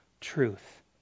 truth